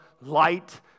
light